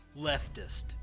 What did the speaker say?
Leftist